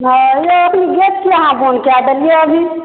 हँ यौ अखनी गेट किया अहाँ बन्द कए देलिये अभी